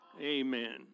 Amen